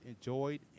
enjoyed